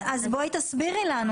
אז בואי תסבירי לנו,